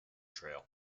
trail